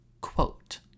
quote